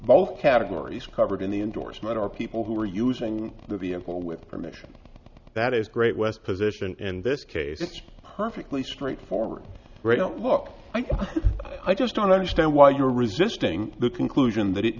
both categories covered in the endorsement are people who are using the employer with permission that is great west position in this case it's perfectly straightforward great look i just don't understand why you're resisting the conclusion that it